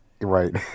Right